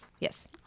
yes